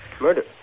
Murder